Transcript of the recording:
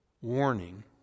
warning